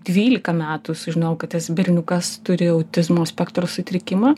dvylika metų sužinojau kad tas berniukas turi autizmo spektro sutrikimą